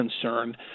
concern